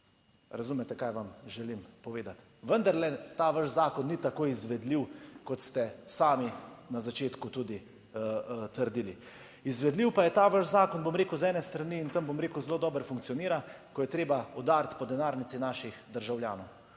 Razumete kaj vam želim povedati? Vendarle ta vaš zakon ni tako izvedljiv, kot ste sami na začetku tudi trdili. Izvedljiv pa je ta vaš zakon, bom rekel, z ene strani in tam, bom rekel, zelo dobro funkcionira, ko je treba udariti po denarnici naših državljanov.